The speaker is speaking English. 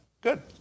good